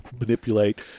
manipulate